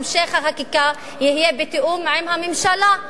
המשך החקיקה יהיה בתיאום עם הממשלה,